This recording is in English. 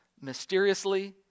mysteriously